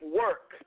work